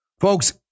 Folks